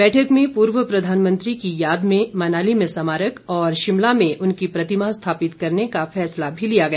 बैठक में पूर्व प्रधानमंत्री की याद में मनाली में स्मारक और शिमला में उनकी प्रतिमा स्थापित करने का फैसला भी लिया गया